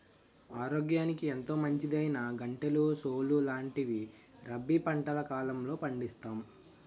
ఆరోగ్యానికి ఎంతో మంచిదైనా గంటెలు, సోలు లాంటివి రబీ పంటల కాలంలో పండిస్తాం